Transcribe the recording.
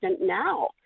now